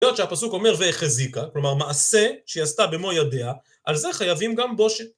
היות שהפסוק אומר והחזיקה, כלומר מעשה שהיא עשתה במו ידיה, על זה חייבים גם בושת